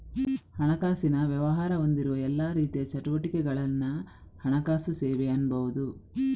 ಹಣಕಾಸಿನ ವ್ಯವಹಾರ ಹೊಂದಿರುವ ಎಲ್ಲಾ ರೀತಿಯ ಚಟುವಟಿಕೆಗಳನ್ನ ಹಣಕಾಸು ಸೇವೆ ಅನ್ಬಹುದು